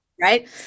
Right